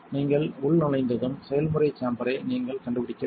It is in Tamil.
நீங்கள் உள்நுழைந்ததும் செயல்முறை சேம்பரை நீங்கள் கண்டுபிடிக்க வேண்டும்